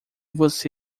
você